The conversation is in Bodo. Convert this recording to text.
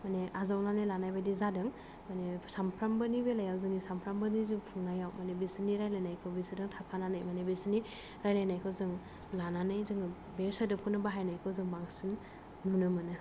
मानि आजावनानै लानायबादि जादों माने सानफ्रोमबोनि बेलायाव जोंनि सानफ्रोमबोनि जिउ खुंनायाव मानि बिसोरनि रायलायनायखौ बिसोरजों थाफानानै मानि बिसोरनि रायलायनायखौ जोङो लानानै जोङो बे सोदोबखौनो बाहायनायखौ जों बांसिन नुनो मोनो